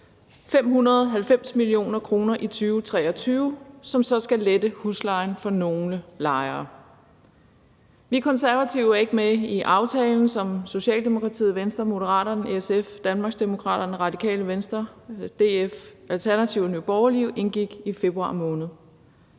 590 mio. kr. i 2023, som så skal lette huslejen for nogle lejere. Vi Konservative er ikke med i aftalen, som Socialdemokratiet, Venstre, Moderaterne, SF, Danmarksdemokraterne, Radikale Venstre, DF, Alternativet og Nye Borgerlige indgik i februar måned.